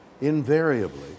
Invariably